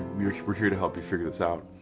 we're here to help you figure this out.